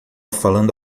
falando